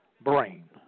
brain